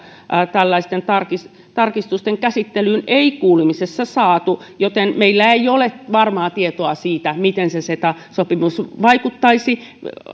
tällaisten tarkistusten tarkistusten käsittelyyn ei kuulemisessa saatu joten meillä ei ole varmaa tietoa siitä miten ceta sopimus vaikuttaisi